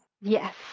Yes